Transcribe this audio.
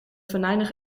venijnig